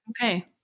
okay